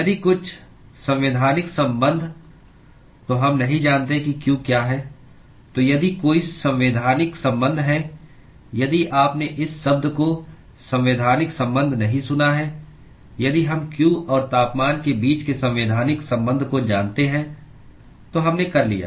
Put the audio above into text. यदि कुछ संवैधानिक संबंध तो हम नहीं जानते कि q क्या है तो यदि कोई संवैधानिक संबंध है यदि आपने इस शब्द को संवैधानिक संबंध नहीं सुना है यदि हम q और तापमान के बीच के संवैधानिक संबंध को जानते हैं तो हमने कर लिया